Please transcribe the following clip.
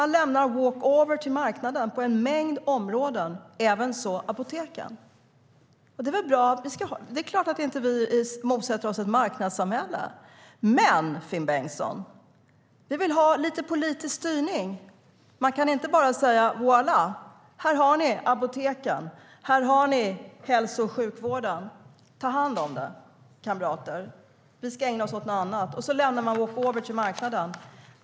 Ni lämnar walkover till marknaden på en mängd områden, även när det gäller apoteken. Det är klart att vi inte motsätter oss ett marknadssamhälle. Men, Finn Bengtsson, vi vill ha lite politisk styrning. Man kan inte bara säga: Voilà, här har ni apoteken, här har ni hälso och sjukvården, ta hand om det, kamrater, för vi ska ägna oss åt något annat. Och så lämnar man walkover till marknaden.